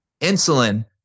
Insulin